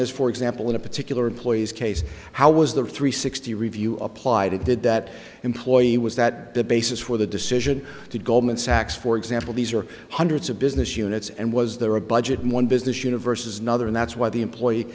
is for example in a particular employee's case how was the three sixty review applied did that employee was that the basis for the decision to goldman sachs for example these are hundreds of business units and was there a budget in one business universes nothern that's where the employee